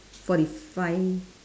forty five